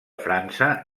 frança